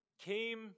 came